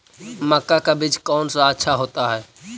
मक्का का बीज कौन सा अच्छा होता है?